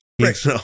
right